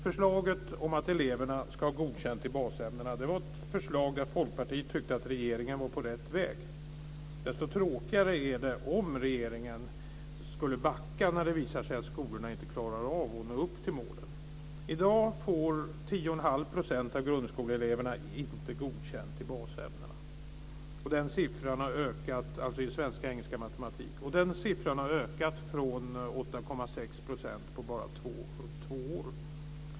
Folkpartiet tyckte att regeringen var på rätt väg med förslaget om att eleverna ska ha godkänt i basämnena. Desto tråkigare är det om regeringen backar när det visar sig att skolorna inte klarar att nå upp till målen. I dag får 10,5 % av grundskoleeleverna inte godkänt i basämnena, alltså svenska, engelska och matematik. Den siffran har ökat från 8,6 % på bara två år.